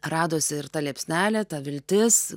radosi ir ta liepsnelė ta viltis